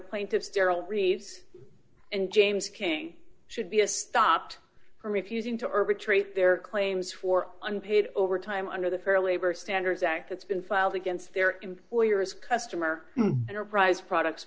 plaintiffs darryl reeves and james king should be a stopped for refusing to arbitrate their claims for unpaid overtime under the fair labor standards act it's been filed against their employers customer enterprise products